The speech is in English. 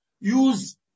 use